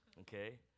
okay